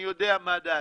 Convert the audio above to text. אני יודע מה דעתי,